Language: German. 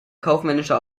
kaufmännische